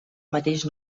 mateix